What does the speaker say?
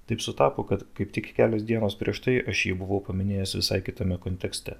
taip sutapo kad kaip tik kelios dienos prieš tai aš jį buvau paminėjęs visai kitame kontekste